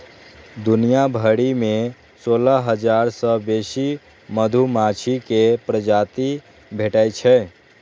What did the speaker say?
दुनिया भरि मे सोलह हजार सं बेसी मधुमाछी के प्रजाति भेटै छै